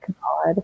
God